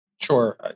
Sure